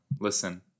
listen